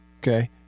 Okay